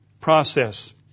process